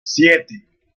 siete